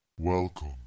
Welcome